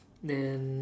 then